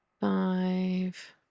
five